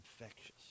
infectious